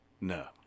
No